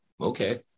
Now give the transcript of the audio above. okay